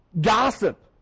gossip